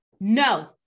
No